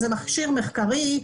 זה מכשיר מחקרי,